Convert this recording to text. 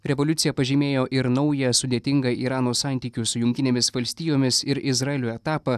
revoliucija pažymėjo ir naują sudėtingą irano santykių su jungtinėmis valstijomis ir izraelio etapą